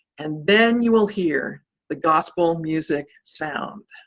and then you will hear the gospel music sound.